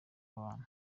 n’abana